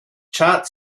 chart